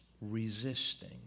resisting